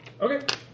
Okay